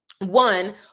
One